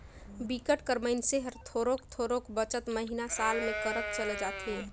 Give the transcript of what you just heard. बिकट कर मइनसे हर थोरोक थोरोक बचत महिना, साल में करत चले जाथे